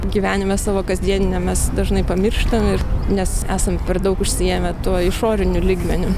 gyvenime savo kasdieniniam mes dažnai pamirštam ir nes esam per daug užsiėmę tuo išoriniu lygmeniu